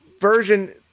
version